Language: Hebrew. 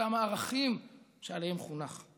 לאותם הערכים שעליהם חונך.